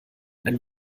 ein